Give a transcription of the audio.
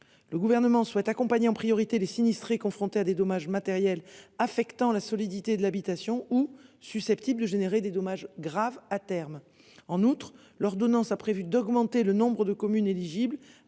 Le gouvernement souhaite accompagner en priorité les sinistrés, confrontés à des dommages matériels affectant la solidité de l'habitation ou susceptibles de générer des dommages graves à terme en outre l'ordonnance a prévu d'augmenter le nombre de communes éligibles